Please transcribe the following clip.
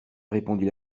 répondit